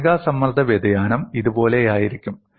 കത്രിക സമ്മർദ്ദ വ്യതിയാനം ഇതുപോലെയായിരിക്കും